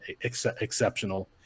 exceptional